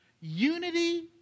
Unity